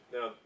Now